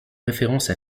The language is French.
référence